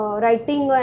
writing